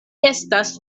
estas